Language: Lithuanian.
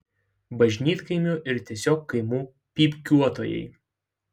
bažnytkaimių ir tiesiog kaimų pypkiuotojai